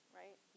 right